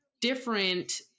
different